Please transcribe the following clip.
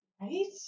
Right